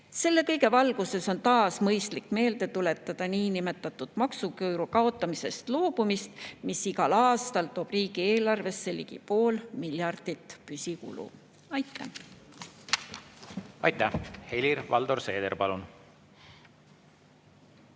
Selle kõige valguses on taas mõistlik meelde tuletada loobumist niinimetatud maksuküüru kaotamisest, mis igal aastal toob riigieelarvesse ligi pool miljardit [eurot] püsikulu. Aitäh! Aitäh! Helir-Valdor Seeder, palun!